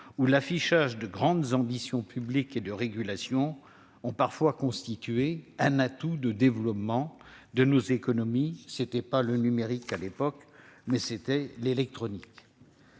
que l'affichage de grandes ambitions publiques de régulation a parfois constitué un atout pour le développement de notre économie. Il ne s'agissait pas du numérique à l'époque, mais de l'électronique.